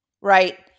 Right